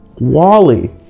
Wally